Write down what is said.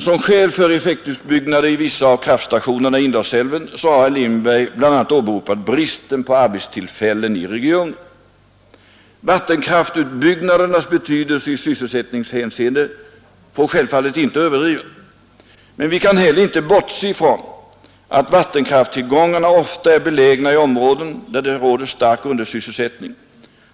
Som skäl för effektutbyggnader i vissa av kraftstationerna i Indalsälven har herr Lindberg bl.a. åberopat bristen på arbetstillfällen i regionen. Vattenkraftsutbyggnadernas betydelse i sysselsättningshänseende får självfallet icke överdrivas. Men vi kan heller inte bortse ifrån att vattenkraftstillgångarna ofta är belägna i områden där det råder stark undersysselsättning